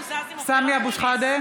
(קוראת בשמות חברי הכנסת) סמי אבו שחאדה,